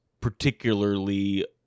particularly